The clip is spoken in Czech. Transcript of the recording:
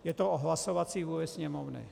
Je to o hlasovací vůli Sněmovny.